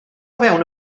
fewn